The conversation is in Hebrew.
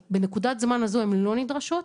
בנקודת זמן הזו הן לא נדרשות.